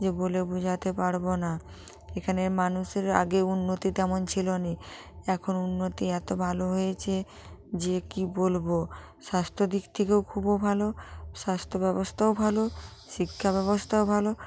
যে বলে বোঝাতে পারব না এখানের মানুষের আগে উন্নতি তেমন ছিল না এখন উন্নতি এত ভালো হয়েছে যে কী বলব স্বাস্থ্য দিক থেকেও খুবও ভালো স্বাস্থ্য ব্যবস্থাও ভালো শিক্ষা ব্যবস্থাও ভালো